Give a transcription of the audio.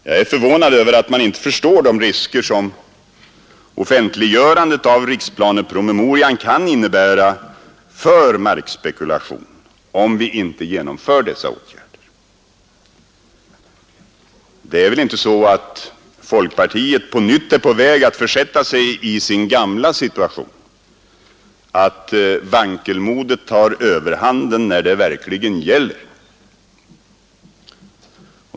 Jag är förvånad över att man inte förstår de risker som offentliggörandet av riksplanepromemorian kan innebära för markspekulation, om vi inte genomför dessa åtgärder. Det är väl inte så att folkpartiet på nytt är på väg att försätta sig i sin gamla situation, dvs. att vankelmodet tar överhanden när det verkligen gäller?